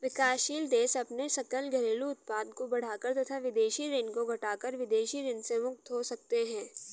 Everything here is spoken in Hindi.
विकासशील देश अपने सकल घरेलू उत्पाद को बढ़ाकर तथा विदेशी ऋण को घटाकर विदेशी ऋण से मुक्त हो सकते हैं